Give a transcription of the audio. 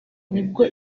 nibwo